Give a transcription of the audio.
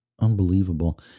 Unbelievable